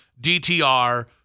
DTR